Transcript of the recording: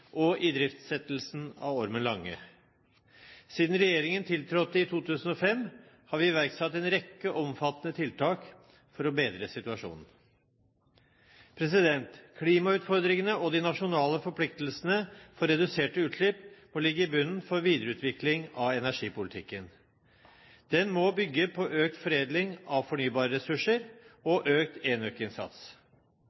Sunndalsøra og idriftsettelsen av Ormen Lange. Siden regjeringen tiltrådte i 2005, har vi iverksatt en rekke omfattende tiltak for å bedre situasjonen. Klimautfordringene og de nasjonale forpliktelsene for reduserte utslipp må ligge i bunnen for videreutvikling av energipolitikken. Den må bygge på økt foredling av fornybare ressurser og